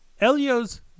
Elio's